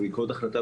להסכים.